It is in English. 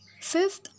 Fifth